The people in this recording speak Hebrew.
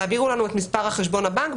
תעבירו לנו את מספר חשבון הבנק,